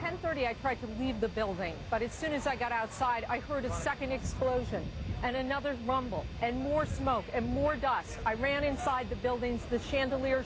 ten thirty i tried to leave the building but it soon as i got outside i heard a second explosion and another rumble and more smoke and more dust i ran inside the buildings the chandelier